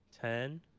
Ten